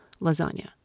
lasagna